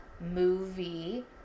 movie